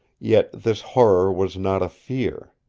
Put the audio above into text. yet this horror was not a fear.